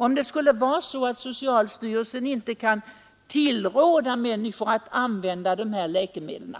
Om socialstyrelsen inte kan tillråda människor att använda dessa s.k. läkemedel,